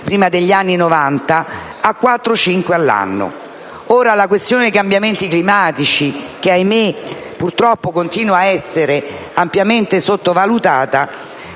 (prima degli anni Novanta) a 4‑5 all'anno. La questione dei cambiamenti climatici (che, ahimè, purtroppo, continua ad essere ampiamente sottovalutata)